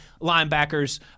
linebackers